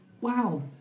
Wow